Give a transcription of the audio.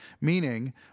meaning